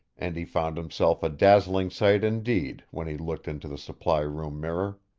and he found himself a dazzling sight indeed when he looked into the supply-room mirror.